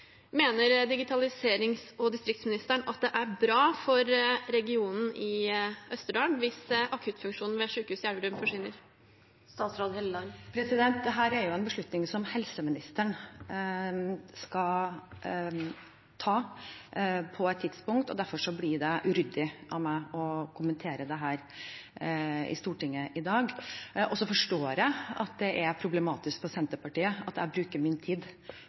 Mener digitaliserings- og distriktsministeren at det er bra for regionen i Østerdalen hvis akuttfunksjonen ved sykehuset i Elverum forsvinner? Dette er jo en beslutning som helseministeren skal ta på et tidspunkt, og derfor blir det uryddig av meg å kommentere dette i Stortinget i dag. Jeg forstår at det er problematisk for Senterpartiet at jeg bruker min tid